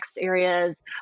areas